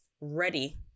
ready